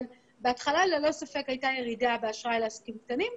בהתחלה הייתה ירידה באשראי לעסקים קטנים,